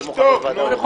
תשתוק, נו.